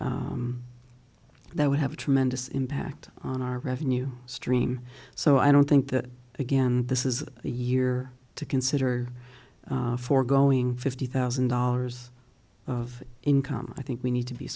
that would have a tremendous impact on our revenue stream so i don't think that again this is the year to consider foregoing fifty thousand dollars of income i think we need to be